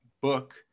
book